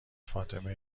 فاطمه